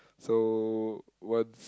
so once